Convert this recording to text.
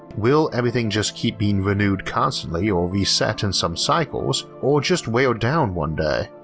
will everything just keep being renewed constantly or reset in some cycles or just wear down one day?